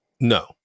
No